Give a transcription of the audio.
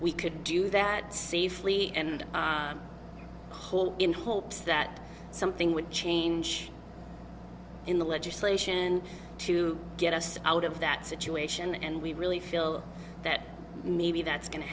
we could do that safely and whole in hopes that something would change in the legislation to get us out of that situation and we really feel that maybe that's going to